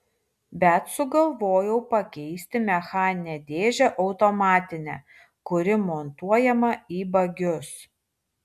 bet sugalvojau pakeisti mechaninę dėžę automatine kuri montuojama į bagius